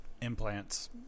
implants